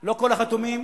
כל החתומים